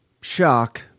shock